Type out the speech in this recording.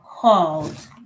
called